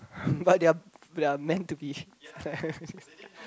but they're they're meant to be